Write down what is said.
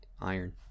iron